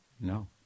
No